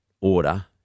order